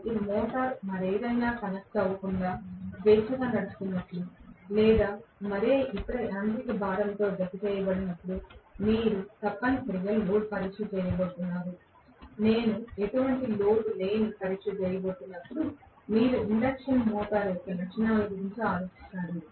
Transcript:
కాబట్టి మోటారు మరేదైనా కనెక్ట్ అవ్వకుండా స్వేచ్ఛగా నడుస్తున్నప్పుడు లేదా మరే ఇతర యాంత్రిక భారంతో జతచేయబడినప్పుడు మీరు తప్పనిసరిగా లోడ్ పరీక్ష చేయబోతున్నారు నేను ఎటువంటి లోడ్ లేని పరీక్ష చేయబోతున్నప్పుడు మీరు ఇండక్షన్ మోటార్ లక్షణాల గురించి ఆలోచిస్తారు